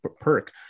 perk